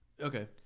okay